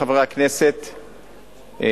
חברי הכנסת,